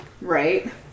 Right